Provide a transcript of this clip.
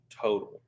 total